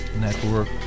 Network